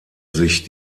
sich